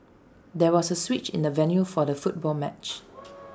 there was A switch in the venue for the football match